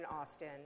Austin